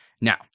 Now